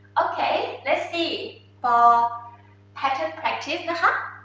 okay let's see for pattern practice, and